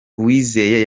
uwizeye